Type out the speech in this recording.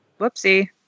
Whoopsie